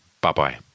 Bye-bye